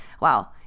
wow